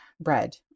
bread